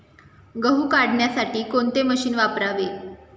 गहू काढण्यासाठी कोणते मशीन वापरावे?